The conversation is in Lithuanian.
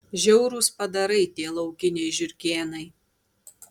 žiaurūs padarai tie laukiniai žiurkėnai